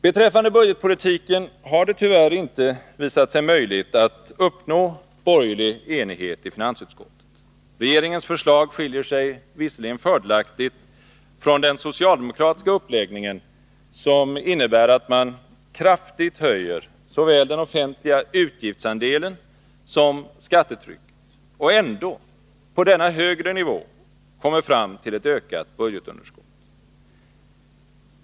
Beträffande budgetpolitiken har det tyvärr inte visat sig möjligt att uppnå borgerlig enighet i finansutskottet. Regeringens förslag skiljer sig visserligen fördelaktigt från den socialdemokratiska uppläggningen, som innebär att man kraftigt höjer såväl den offentliga utgiftsandelen som skattetrycket och ändå — på denna högre nivå — kommer fram till ett ökat budgetunderskott.